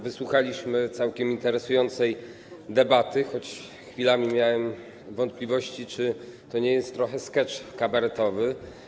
Wysłuchaliśmy całkiem interesującej debaty, choć chwilami miałem wątpliwości, czy to nie jest trochę skecz kabaretowy.